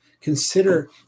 Consider